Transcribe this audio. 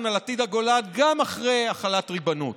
על עתיד הגולן גם אחרי החלת ריבונות.